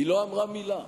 היא לא אמרה מלה.